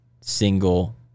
single